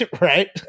Right